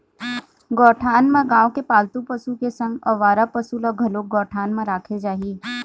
गौठान म गाँव के पालतू पशु के संग अवारा पसु ल घलोक गौठान म राखे जाही